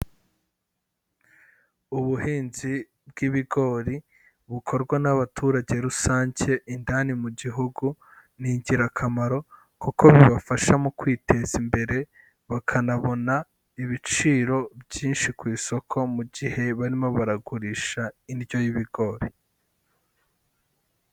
Ubuhinzi bw'ibigori bukorwa n'abaturage rusange indani mu gihugu, ni ingirakamaro kuko bibafasha mu kwiteza imbere, bakanabona ibiciro byinshi ku isoko mu gihe barimo baragurisha indyo y'ibigori.